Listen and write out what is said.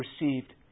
received